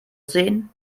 sehen